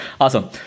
Awesome